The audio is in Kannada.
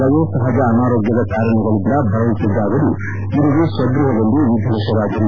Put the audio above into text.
ವಯೋ ಸಹಜ ಅನಾರೋಗ್ಭದ ಕಾರಣಗಳಿಂದ ಬಳಲುತ್ತಿದ್ದ ಅವರು ಇಂದು ಸ್ವಗೃಹದಲ್ಲಿ ವಿಧಿವಶರಾದರು